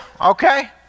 okay